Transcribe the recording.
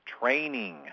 training